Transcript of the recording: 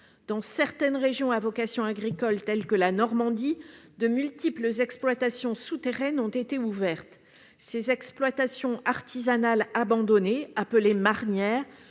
Dans certaines régions à vocation agricole, par exemple la Normandie, de multiples exploitations souterraines ont été ouvertes. Ces exploitations artisanales abandonnées, appelées marnières,